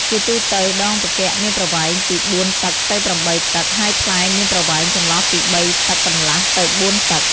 ជាទូទៅ ដងផ្គាក់មានប្រវែងពី ៤ តឹកទៅ ៨ តឹក ហើយផ្លែមានប្រវែងចន្លោះពី ៣ តឹកកន្លះទៅ ៤ តឹក ។